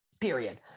period